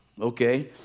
Okay